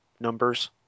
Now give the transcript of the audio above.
numbers